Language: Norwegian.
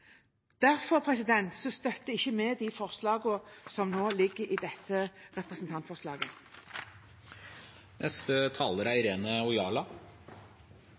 Derfor støtter ikke vi de forslagene som ligger i dette representantforslaget.